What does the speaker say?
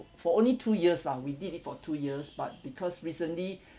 for only two years lah we did it for two years but because recently